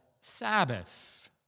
Sabbath